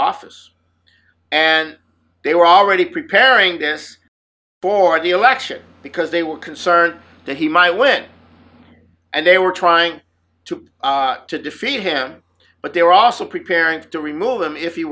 office and they were already preparing this for the election because they were concerned that he might win and they were trying to to defeat him but they were also preparing to remove him if you